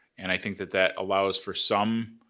and i think that that allows for some